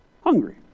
hungry